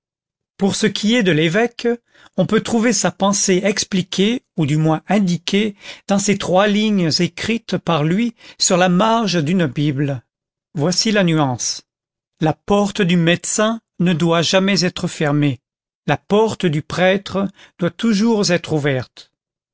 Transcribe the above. pour ce qui est de l'évêque on peut trouver sa pensée expliquée ou du moins indiquée dans ces trois lignes écrites par lui sur la marge d'une bible voici la nuance la porte du médecin ne doit jamais être fermée la porte du prêtre doit toujours être ouverte